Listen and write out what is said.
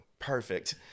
Perfect